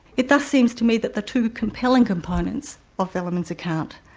it thus seems to me that the two compelling components of velleman's account,